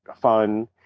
fun